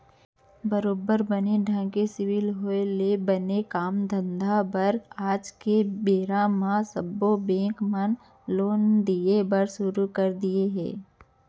बरोबर बने ढंग के सिविल होय ले बने काम धंधा बर आज के बेरा म सब्बो बेंक मन लोन दिये ल सुरू कर दिये हें